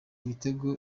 igitego